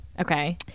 okay